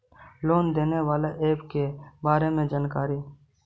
Loan देने बाला app के बारे मे जानकारी?